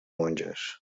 monges